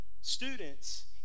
students